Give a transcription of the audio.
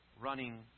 running